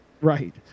Right